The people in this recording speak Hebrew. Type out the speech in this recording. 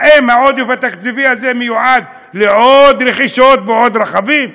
האם העודף התקציבי הזה מיועד לעוד רכישות ועוד רכבים?